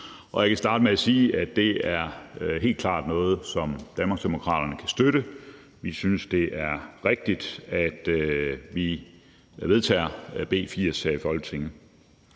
Jeg kan starte med sige, at det helt klart er noget, som Danmarksdemokraterne kan støtte. Vi synes, det er rigtigt, at vi vedtager B 80 her i Folketinget.